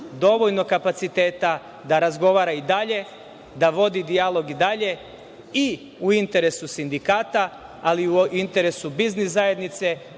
dovoljno kapaciteta da razgovara i dalje, da vodi dijalog i dalje i u interesu sindikata, ali i u interesu biznis zajednice,